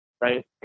right